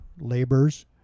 labors